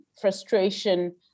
Frustration